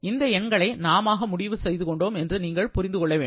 இந்த எண்களை நாமாக முடிவு செய்து கொண்டோம் என்று நீங்கள் புரிந்து கொள்ள வேண்டும்